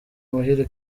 muhire